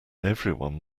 everyone